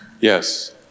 Yes